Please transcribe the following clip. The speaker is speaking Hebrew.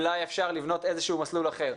אולי אפשר לבנות איזשהו מסלול אחר.